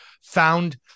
found